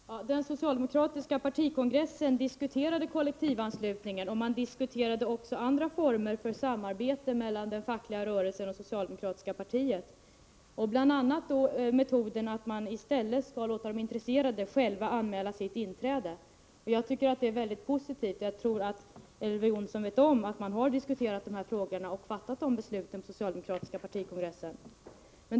Herr talman! Den socialdemokratiska partikongressen diskuterade kollektivanslutningen och också andra former för samarbete mellan den fackliga rörelsen och det socialdemokratiska partiet, bl.a. att man i stället skall låta de intresserade själva anmäla sitt inträde. Jag tycker att det är mycket positivt, och jag tror att Elver Jonsson vet att man har diskuterat de frågorna och fattat de besluten på den socialdemokratiska partikongressen.